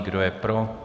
Kdo je pro?